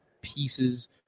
pieces